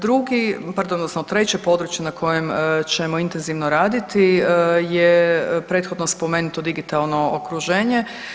Drugi, pardon odnosno treće područje na kojem ćemo intenzivno raditi je prethodno spomenuto digitalno okruženje.